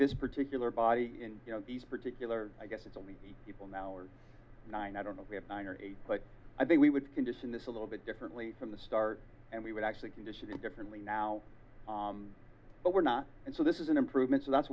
this particular body in particular i guess it's only people now are nine i don't know if we have nine or eight but i think we would condition this a little bit differently from the start and we would actually condition it differently now but we're not and so this is an improvement so that's